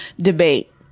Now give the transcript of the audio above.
debate